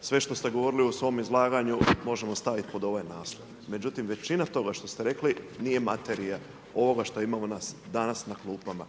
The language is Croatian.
Sve što ste govorili u svom izlaganju, možemo staviti pod ovaj naslov. Međutim, većina tog što ste rekli, nije materijala, ovog što imamo danas na klupama.